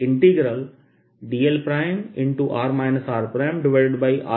r r